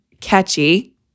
catchy